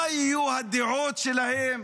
מה יהיו הדעות שלהם?